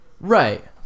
right